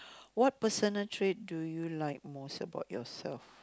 what personal trait do you like most about yourself